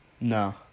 No